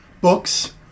books